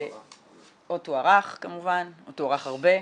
או תוארך או תוארך הרבה,